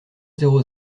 zéro